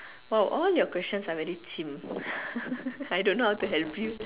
oh all your questions are very cheem I don't know how to help you